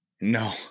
No